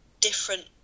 different